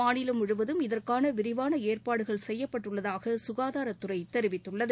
மாநிலம் முழுவதும் இதற்கான விரிவான ஏற்பாடுகள் செய்யப்பட்டுள்ளதாக சுகாதாரத்துறை தெரிவித்துள்ளது